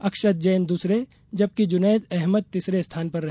अक्षत जैन दूसरे जबकि जुनैद अहमद तीसरे स्थान पर रहे